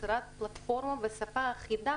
ביצירת פלטפורמה ושפה אחידה